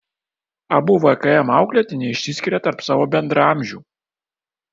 abu vkm auklėtiniai išsiskiria tarp savo bendraamžių